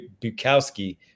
Bukowski